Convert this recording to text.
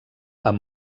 amb